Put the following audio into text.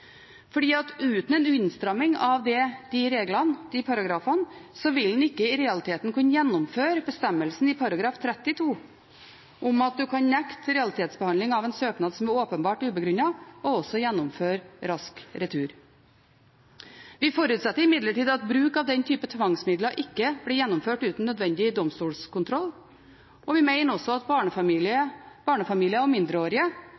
uten en innstramming av de reglene, de paragrafene, vil en ikke i realiteten kunne gjennomføre bestemmelsen i § 32 om at man kan nekte realitetsbehandling av en søknad som åpenbart er ubegrunnet, og også gjennomføre rask retur. Vi forutsetter imidlertid at bruk av den typen tvangsmidler ikke blir gjennomført uten nødvendig domstolskontroll, og vi mener også at barnefamilier og mindreårige